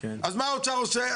אז מה האוצר עושה?